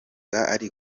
kandi